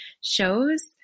shows